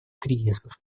кризисов